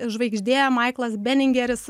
žvaigždė maiklas beningeris